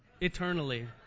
eternally